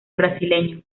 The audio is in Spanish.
brasileño